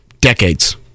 decades